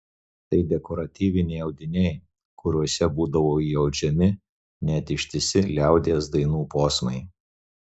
tai dekoratyviniai audiniai kuriuose būdavo įaudžiami net ištisi liaudies dainų posmai